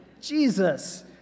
Jesus